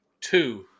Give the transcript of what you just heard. two